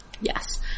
Yes